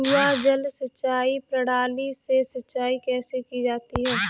कुआँ जल सिंचाई प्रणाली से सिंचाई कैसे की जाती है?